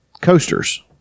Coasters